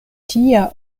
tia